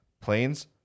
planes